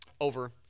over